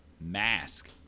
mask